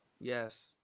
Yes